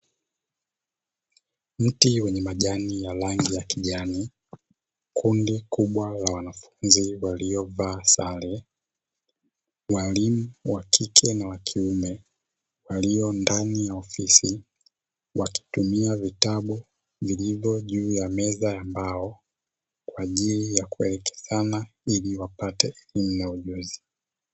Mti wenye majani ya rangi ya kijani; kundi kubwa la wanafunzi waliovaa sare, walimu wakike na wakiume walio ndani ya ofisi wakitumia vitabu vilivyo juu ya meza ya mbao, kwa ajili ya kuelekezana ili wapate elimu na ujuzi.